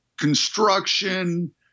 construction